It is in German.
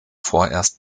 vorerst